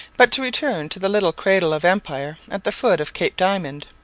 but to return to the little cradle of empire at the foot of cape diamond.